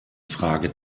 frage